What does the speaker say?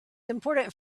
important